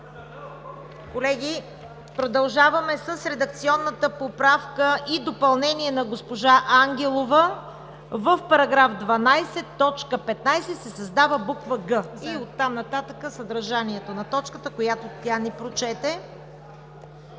Колеги, продължаваме с редакционната поправка и допълнение на госпожа Ангелова: в § 12, т. 15 се създава буква „г“, следва съдържанието на точката, което тя прочете.